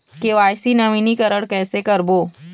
KYC नवीनीकरण कैसे करबो?